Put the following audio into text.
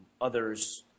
others